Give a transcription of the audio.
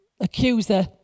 accuser